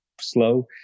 slow